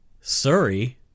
Surrey